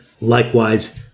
Likewise